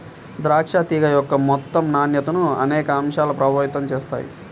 ద్రాక్ష తీగ యొక్క మొత్తం నాణ్యతను అనేక అంశాలు ప్రభావితం చేస్తాయి